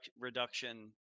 reduction